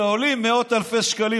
שעולים מאות אלפי שקלים.